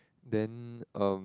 then um